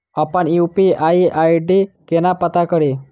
अप्पन UPI ID केना पत्ता कड़ी?